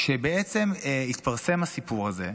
כשבעצם התפרסם הסיפור הזה,